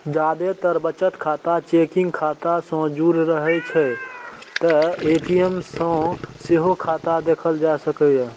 जादेतर बचत खाता चेकिंग खाता सं जुड़ रहै छै, तें ए.टी.एम सं सेहो खाता देखल जा सकैए